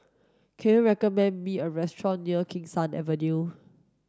can you recommend me a restaurant near Kee Sun Avenue